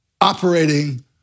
operating